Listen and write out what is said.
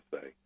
say